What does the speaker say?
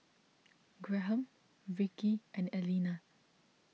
Graham Vickey and Elena